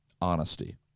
honesty